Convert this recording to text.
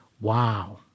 Wow